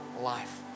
life